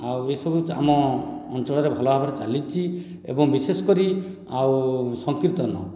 ଆଉ ଏସବୁ ଆମ ଅଞ୍ଚଳରେ ଭଲ ଭାବରେ ଚାଲିଛି ଏବଂ ବିଶେଷ କରି ଆଉ ସଂକୀର୍ତ୍ତନ